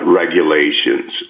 regulations